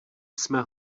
jsme